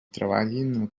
treballin